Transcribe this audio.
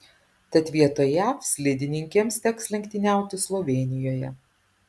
tad vietoj jav slidininkėms teks lenktyniauti slovėnijoje